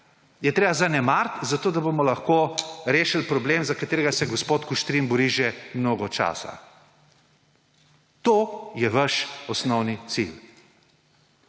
je treba zanemariti, zato da bomo lahko rešili problem, zaradi katerega se gospod Kuštrin bori že mnogo časa. To je vaš osnovni cilj.